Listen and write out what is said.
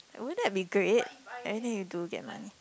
won't that be great anything you do get like